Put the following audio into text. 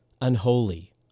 unholy